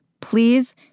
please